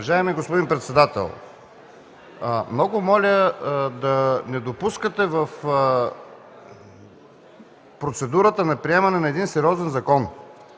Уважаеми господин председател, много моля да не допускате в процедурата на приемане на един сериозен закон,